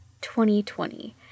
2020